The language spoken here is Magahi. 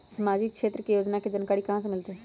सामाजिक क्षेत्र के योजना के जानकारी कहाँ से मिलतै?